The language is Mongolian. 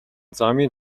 замын